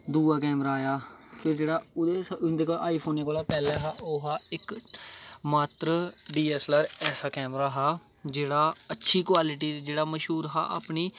फिर दुआ कैमरा आया फिर जेह्ड़ा इ'नें आई फोनें कोला दा पैहे्लें हा ओह् हा इक मात्र डी ऐस्स ऐल्ल आर ऐसा कैमरा हा जेह्ड़ा अच्छी क्वालिटी जेह्ड़ा मश्हूर हा